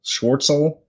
Schwartzel